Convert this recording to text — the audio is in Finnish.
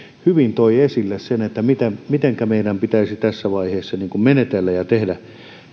hyvin toi esille sen mitenkä meidän pitäisi tässä vaiheessa menetellä ja tehdä